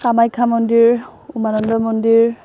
কামাখ্যা মন্দিৰ উমানন্দ মন্দিৰ